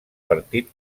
partit